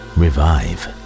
Revive